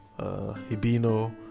Hibino